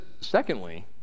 secondly